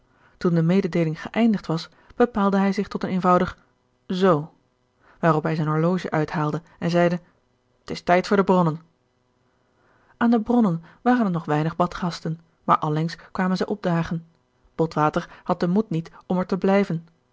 toen de mededeeling geeindigd was bepaalde hij zich tot een eenvoudig zoo waarop hij zijn horloge uithaalde en zeide t is tijd voor de bronnen aan de bronnen waren er nog weinig badgasten maar allengs kwamen zij opdagen botwater had den moed niet om er te blijven